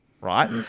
right